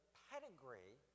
pedigree